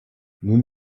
nun